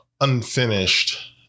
unfinished